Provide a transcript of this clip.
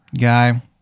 guy